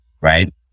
Right